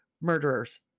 murderers